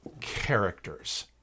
characters